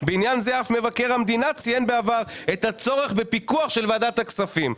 בעניין זה אף מבקר המדינה ציין בעבר את הצורך בפיקוח של ועדת הכספים.